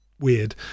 weird